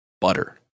butter